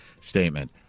statement